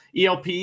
ELP